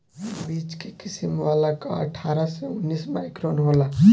बीच के किसिम वाला कअ अट्ठारह से उन्नीस माइक्रोन होला